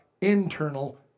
internal